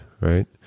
right